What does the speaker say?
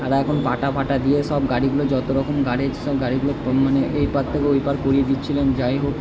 আর এখন কাঁটা ফাটা দিয়ে সব গাড়িগুলো যতো রকম গাড়ি আছে সব গাড়িগুলো কোনো মানে এই পার থেকে ওই পার করিয়ে দিচ্ছিলেন যাই হোক